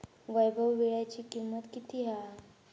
वैभव वीळ्याची किंमत किती हा?